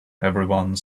everyone